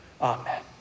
Amen